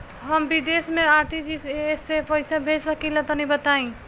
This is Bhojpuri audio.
हम विदेस मे आर.टी.जी.एस से पईसा भेज सकिला तनि बताई?